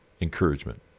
encouragement